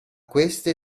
queste